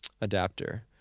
adapter